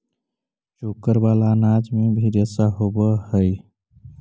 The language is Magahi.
चोकर वाला अनाज में भी रेशा होवऽ हई